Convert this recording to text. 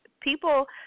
people